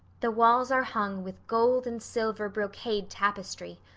the walls are hung with gold and silver brocade tapestry.